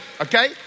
okay